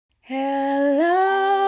Hello